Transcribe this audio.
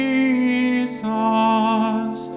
Jesus